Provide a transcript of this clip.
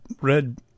red